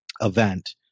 event